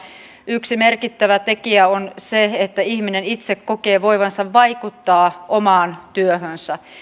yksi merkittävä tekijä on se että ihminen itse kokee voivansa vaikuttaa omaan työhönsä